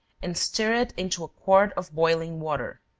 and stir it into a quart of boiling water.